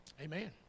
Amen